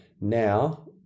Now